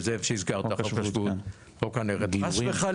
זאב, שהזכרת, חוק השבות, חוק הנרטיבים.